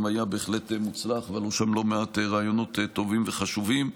הוא גם היה בהחלט מוצלח ועלו שם לא מעט רעיונות טובים וחשובים.